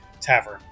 tavern